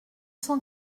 cent